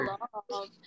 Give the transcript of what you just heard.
Love